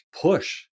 push